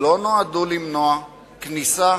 לא נועדו למנוע כניסה